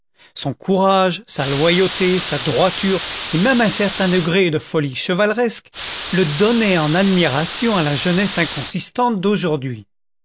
son courage sa loyauté sa droiture et même un certain degré de folie chevaleresque le donnaient en admiration à la jeunesse inconsistante d'aujourd'hui